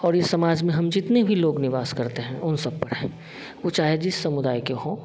और इस समाज में हम जितने भी लोग निवास करते हैं उन सब पर हैं वे चाहे जिस समुदाय के हों